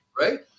Right